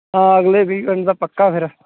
ਹਾਂ ਅਗਲੇ ਵੀਕਐਂਡ ਦਾ ਪੱਕਾ ਫਿਰ